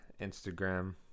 Instagram